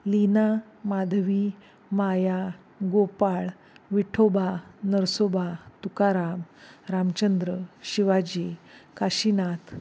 Lina Madhavi Maya Gopal Vithoba Narsoba Tukaram Ramchandra Shivaji Kashinath